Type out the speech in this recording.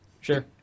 Sure